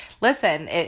listen